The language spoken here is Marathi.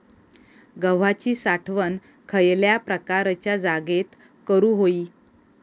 गव्हाची साठवण खयल्या प्रकारच्या जागेत करू होई?